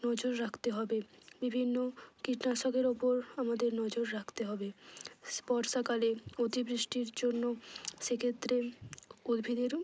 নজর রাখতে হবে বিভিন্ন কীটনাশকের ওপর আমাদের নজর রাখতে হবে বর্ষাকালে অতিবৃষ্টির জন্য সেক্ষেত্রে উদ্ভিদেরও